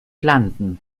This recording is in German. landen